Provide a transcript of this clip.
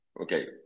Okay